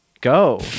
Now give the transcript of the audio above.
Go